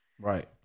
Right